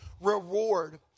reward